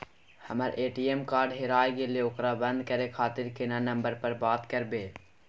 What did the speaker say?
हमर ATM card हेराय गेले ओकरा बंद करे खातिर केना नंबर पर बात करबे?